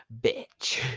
Bitch